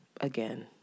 Again